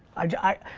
i